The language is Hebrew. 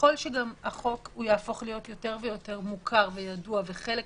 ככל שהחוק יהפוך יותר מוכר וחלק מהתרבות,